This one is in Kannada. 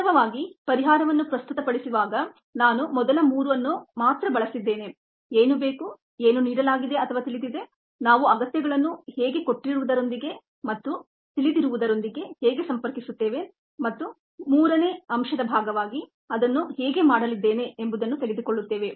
ವಾಸ್ತವವಾಗಿ ಪರಿಹಾರವನ್ನು ಪ್ರಸ್ತುತಪಡಿಸುವಾಗ ನಾನು ಮೊದಲ 3ನ್ನು ಮಾತ್ರ ಬಳಸಲಿದ್ದೇನೆ ಏನು ಬೇಕು ಏನು ನೀಡಲಾಗಿದೆ ಅಥವಾ ತಿಳಿದಿದೆ ನಾವು ಅಗತ್ಯಗಳನ್ನು ಕೊಟ್ಟಿರುವುದರೊಂದಿಗೆ ಮತ್ತು ತಿಳಿದಿರುವುದರೊಂದಿಗೆ ಹೇಗೆ ಸಂಪರ್ಕಿಸುತ್ತೇವೆ ಮತ್ತು ಮೂರನೇ ಅಂಶದ ಭಾಗವಾಗಿ ಅದನ್ನು ಹೇಗೆ ಮಾಡಲಿದ್ದೇನೆ ಎಂಬುದನ್ನು ತೆಗೆದುಕೊಳ್ಳುತ್ತೇವೆ